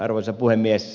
arvoisa puhemies